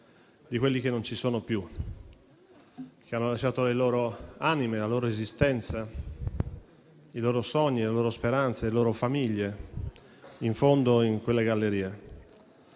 di quelli che non ci sono più e hanno lasciato le loro anime, la loro esistenza, i loro sogni, le loro speranze e le loro famiglie in fondo a quelle gallerie.